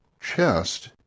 chest